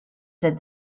said